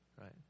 right